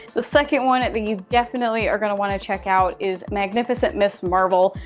the second one, that you definitely are gonna wanna check out, is magnificent ms. marvel,